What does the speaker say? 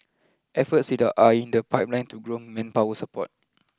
efforts are in the pipeline to grow manpower support